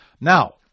Now